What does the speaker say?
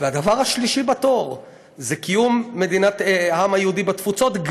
והדבר השלישי בתור זה קיום העם היהודי בתפוצות,